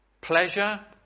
pleasure